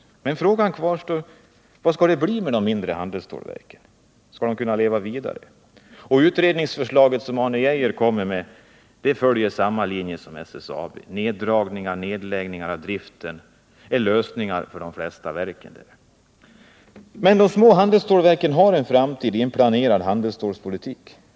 Men frågan kvarstår: Hur skall det bli med de mindre handelsstålverken? Skall de kunna leva vidare? De förslag som Arne Geijers utredning lagt fram följer samma linje som man följt inom SSAB — minskningar eller nedläggningar av driften är lösningarna för de flesta verken. Men de små handelsstålverken har en framtid om vi får en planerad handelsstålpolitik.